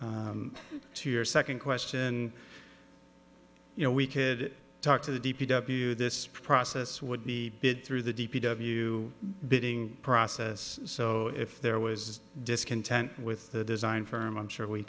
to your second question you know we could talk to the d p w this process would be good through the d p w bidding process so if there was discontent with the design firm i'm sure we